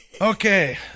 Okay